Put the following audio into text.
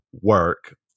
work